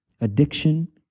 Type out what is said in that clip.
addiction